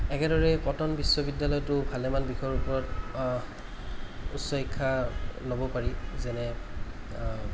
একেদৰেই কটন বিশ্ববিদ্য়ালয়তো ভালেমান বিষয়ৰ ওপৰত উচ্চ শিক্ষা ল'ব পাৰি যেনে